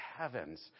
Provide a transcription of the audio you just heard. heavens